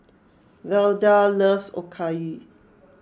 Velda loves Okayu